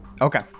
Okay